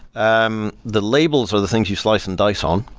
um the labels or the things you slice and dice on,